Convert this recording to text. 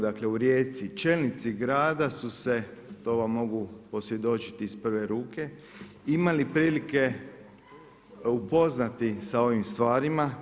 Dakle u Rijeci čelnici grada su se, to vam mogu posvjedočiti iz prve ruke imali prilike upoznati sa ovim stvarima.